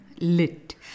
Lit